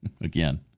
Again